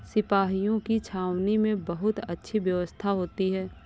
सिपाहियों की छावनी में बहुत अच्छी व्यवस्था होती है